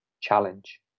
challenge